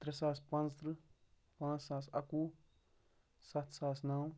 ترٛےٚ ساس پانٛژھ تٕرٛہ پانٛژھ ساس اَکوُہ سَتھ ساس نَو